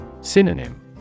Synonym